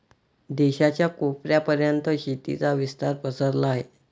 देशाच्या कोपऱ्या पर्यंत शेतीचा विस्तार पसरला आहे